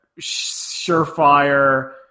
surefire